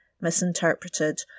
misinterpreted